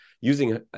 using